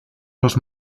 los